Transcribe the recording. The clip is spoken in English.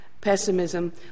pessimism